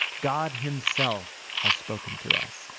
god himself has spoken to us.